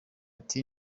ati